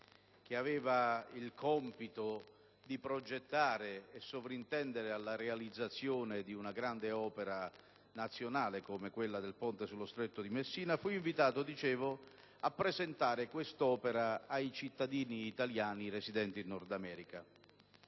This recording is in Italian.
che aveva il compito di progettare e sovrintendere alla realizzazione di una grande opera nazionale come il ponte sullo Stretto di Messina, a presentare tale opera ai cittadini italiani residenti in Nord America.